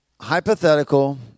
hypothetical